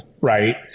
right